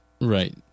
Right